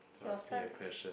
your turn